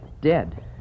dead